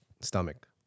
stomach